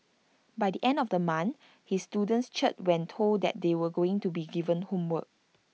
by the end of the month his students cheered when told that they were going to be given homework